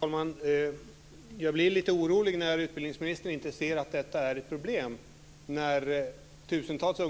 Fru talman! Jag blir lite orolig när utbildningsministern inte ser att det är ett problem när tusentals välutbildade